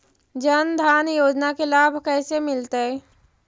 जन धान योजना के लाभ कैसे मिलतै?